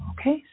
Okay